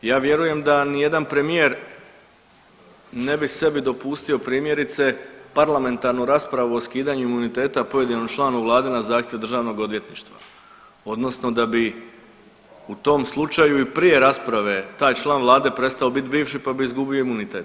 Ja vjerujem da ni jedan premijer ne bi sebi dopustio primjerice parlamentarnu raspravu o skidanju imuniteta pojedinom članu vlade na zahtjev Državnog odvjetništva odnosno da bi u tom slučaju i prije rasprave taj član vlade prestao biti bivši pa bi izgubio imunitet.